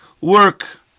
work